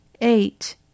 Eight